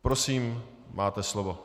Prosím, máte slovo.